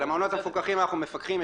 על המעונות המפוקחים אנחנו מפקחים,